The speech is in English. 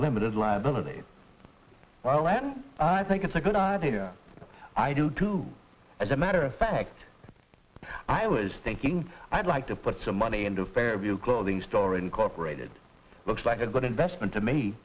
limited liability well and i think it's a good idea i do too as a matter of fact i was thinking i'd like to put some money into fairview clothing store incorporated it looks like a good investment to me